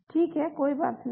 ठीक है कोई बात नहीं